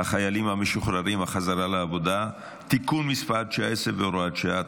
החיילים המשוחררים (החזרה לעבודה) (תיקון מס' 19 והוראת שעה),